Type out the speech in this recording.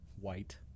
White